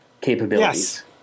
capabilities